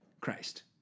Christ